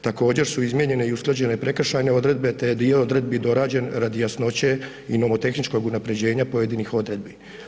Također su izmjene i usklađene prekršajne odredbe te je dio odredbi dorađen radi jasnoće i nomotehničkog unaprjeđenja pojedinih odredbi.